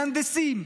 מהנדסים,